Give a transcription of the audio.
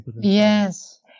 Yes